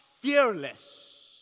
fearless